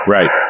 Right